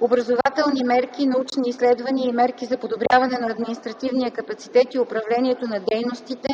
образователни мерки, научни изследвания и мерки за подобряване на административния капацитет и управлението на дейностите